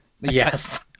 Yes